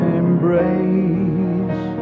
embrace